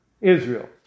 Israel